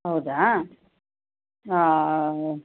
ಹೌದಾ